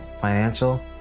financial